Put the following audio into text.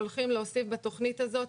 שהולכים להוסיף בתכנית הזאת,